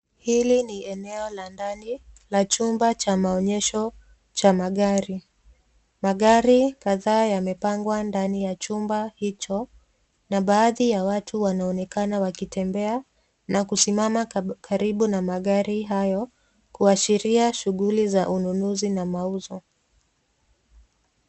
Hili ni eneo la ndani la chumba cha maonyesho cha magari. Magari kadhaa yamepangwa ndani ya chumba hicho na baadhi ya watu wanaonekana wakitembea na kusimama karibu na magari hayo kuashiria shughuli za ununuzi na mauzo.